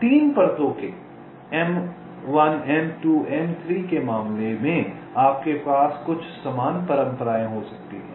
3 परतों के m1 m2 m3 के मामले में आपके पास कुछ समान परंपराएं हो सकती हैं